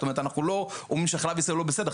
זאת אומרת אנחנו לא אומרים שחלב ישראל הוא לא בסדר,